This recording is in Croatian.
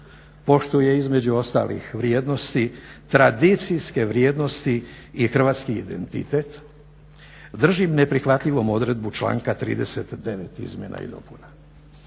poštuje između ostalih vrijednosti tradicijske vrijednosti i hrvatski identitet držim neprihvatljivom odredbu članka 39.izmjena i dopuna.